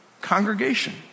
congregation